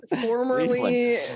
Formerly